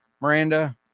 Miranda